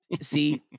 see